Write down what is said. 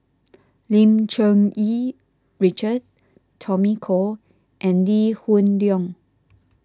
Lim Cherng Yih Richard Tommy Koh and Lee Hoon Leong